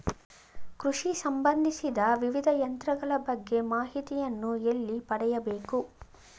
ಕೃಷಿ ಸಂಬಂದಿಸಿದ ವಿವಿಧ ಯಂತ್ರಗಳ ಬಗ್ಗೆ ಮಾಹಿತಿಯನ್ನು ಎಲ್ಲಿ ಪಡೆಯಬೇಕು?